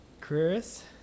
Chris